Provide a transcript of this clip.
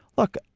look,